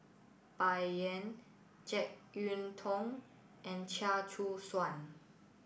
Bai Yan Jek Yeun Thong and Chia Choo Suan